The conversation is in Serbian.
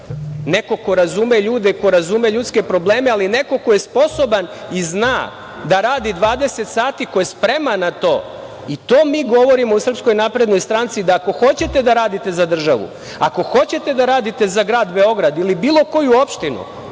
neko ko razume ljude, ko razume ljudske probleme, ali neko ko je sposoban i zna da radi 20 sati, ko je spreman na to. To mi govorimo u SNS da ako hoćete da radite za državu, ako hoćete da radite za grad Beograd ili bilo koju opštinu